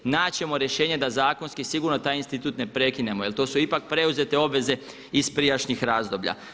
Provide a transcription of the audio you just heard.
Naći ćemo rješenje da zakonski sigurno taj institut ne prekinemo jel to su ipak preuzete obveze iz prijašnjih razloga.